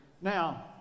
Now